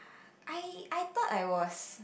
I I thought I was